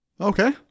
Okay